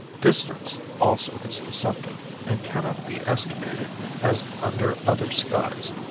distance also is deceptive and cannot be estimated as under other skies.